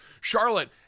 Charlotte